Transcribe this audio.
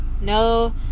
No